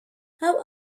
how